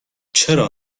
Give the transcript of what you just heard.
چرا